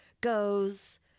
goes